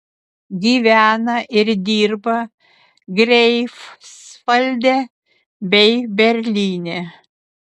gyvena ir dirba greifsvalde bei berlyne